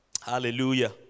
Hallelujah